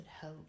hope